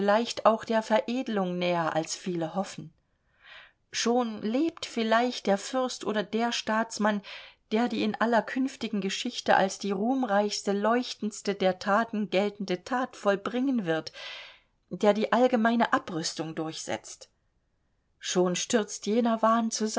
auch der veredlung näher als viele hoffen schon lebt vielleicht der fürst oder der staatsmann der die in aller künftigen geschichte als die ruhmreichste leuchtendste der thaten geltende that vollbringen wird der die allgemeine abrüstung durchsetzt schon stürzt jener wahn